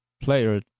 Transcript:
player